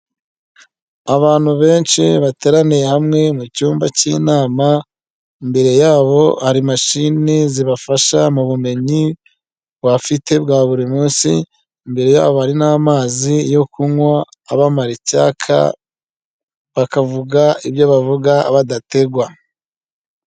Abantu benshi bateraniye hamwe mu cyumba cy'inama Imbere yabo hari mashini zibafasha mu bumenyi bafite bwa buri munsi, imbere yabo ari n'amazi yo kunywa abamara icyayaka, bakavuga ibyo bavuga badategwa.